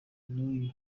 n’uyu